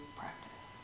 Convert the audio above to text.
practice